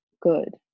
good